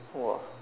!wah!